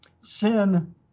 sin